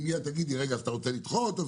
את תגידי אז אתה רוצה לדחות,